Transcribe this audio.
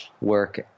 work